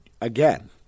Again